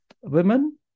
women